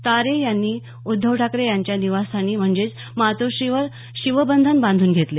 तरे यांनी उद्धव ठाकरे यांच्या निवस्थानी म्हणजेच मातोश्रीवर शिवबंधन बांधून घेतले